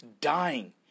dying